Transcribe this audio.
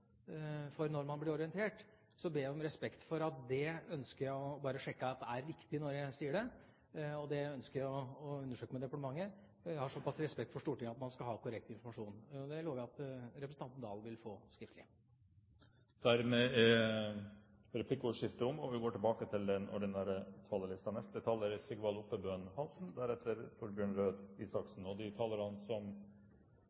for når man ble orientert, ber jeg om respekt for at det ønsker jeg å sjekke slik at det er riktig når jeg sier det. Og det ønsker jeg å undersøke med departementet. Jeg har såpass respekt for Stortinget at man skal gi korrekt informasjon. Det lover jeg at representanten Oktay Dahl vil få skriftlig. Replikkordskiftet er